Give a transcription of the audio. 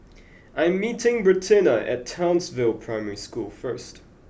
I am meeting Bertina at Townsville Primary School first